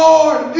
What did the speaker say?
Lord